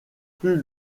plus